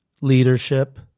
Leadership